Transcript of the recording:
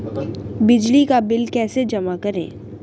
बिजली का बिल कैसे जमा करें?